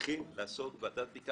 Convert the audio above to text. צריך לעשות ועדת בדיקה